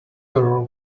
girl